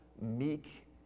meek